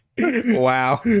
Wow